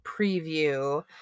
preview